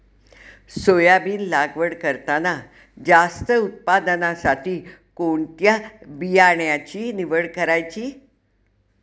Soybean लागवड करताना जास्त उत्पादनासाठी कोणत्या बियाण्याची निवड करायची?